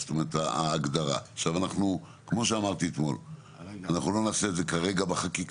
לדחות, גם להעביר את זה מהחגים